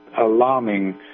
alarming